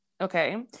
okay